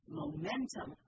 momentum